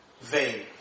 vain